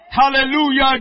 Hallelujah